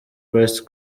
christ